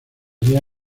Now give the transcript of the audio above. días